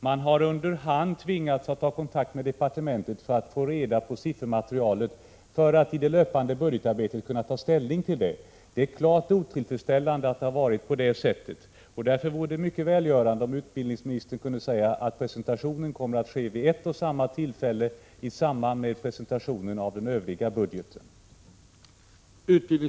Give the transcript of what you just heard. Man har tvingats att under hand ta kontakt med departementet för att få reda på siffermaterialet för att i det löpande budgetarbetet kunna ta ställning till det. Detta har varit klart otillfredsställande. Därför vore det mycket välgörande om utbildningsministern kunde säga att presentationen kommer att ske vid ett och samma tillfälle i samband med presentationen av den övriga budgeten.